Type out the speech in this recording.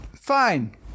fine